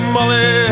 Molly